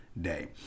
day